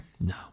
no